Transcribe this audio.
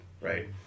right